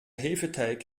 hefeteig